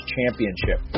Championship